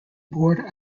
board